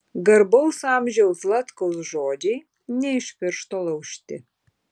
garbaus amžiaus zlatkaus žodžiai ne iš piršto laužti